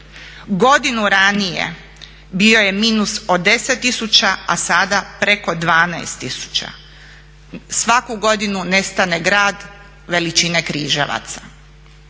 Godinu ranije bio je minus od 10.000, a sada preko 12.000. Svaku godinu nestane grad veličine Križevaca.